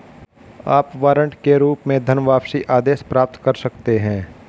आप वारंट के रूप में धनवापसी आदेश प्राप्त कर सकते हैं